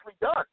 done